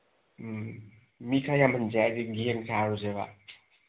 ꯎꯝ ꯃꯤ ꯈꯔ ꯌꯥꯝꯍꯟꯁꯦ ꯍꯥꯏꯗꯤ ꯒꯦꯡ ꯁꯥꯔꯨꯁꯦꯕ